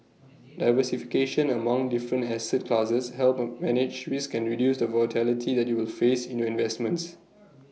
diversification among different asset classes helps A manage risk and reduce the volatility that you will face in your investments